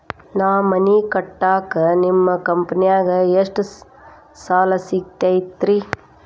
ನಾ ಮನಿ ಕಟ್ಟಾಕ ನಿಮ್ಮ ಕಂಪನಿದಾಗ ಎಷ್ಟ ಸಾಲ ಸಿಗತೈತ್ರಿ?